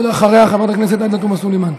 אחריה, חברת הכנסת עאידה תומא סלימאן.